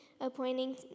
appointing